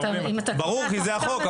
ברור, כי זה החוק.